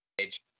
age